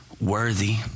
worthy